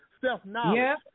self-knowledge